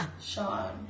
Sean